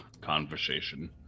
conversation